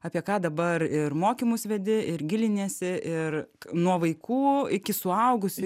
apie ką dabar ir mokymus vedi ir giliniesi ir nuo vaikų iki suaugusių